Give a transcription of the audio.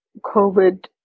COVID